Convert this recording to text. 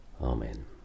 Amen